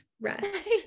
Rest